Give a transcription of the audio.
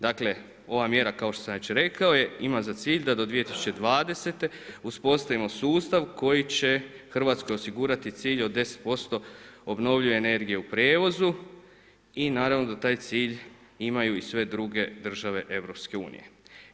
Dakle, ova mjera kao što sam već rekao, ima za cilj da do 2020. uspostavimo sustav koji će Hrvatskoj osigurati cilj od 10% obnovljive energije u prijevozu i naravno da taj cilj imaju i sve druge države EU-a.